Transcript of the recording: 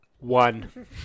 One